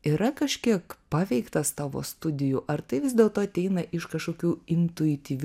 yra kažkiek paveiktas tavo studijų ar tai vis dėlto ateina iš kažkokių intuityvių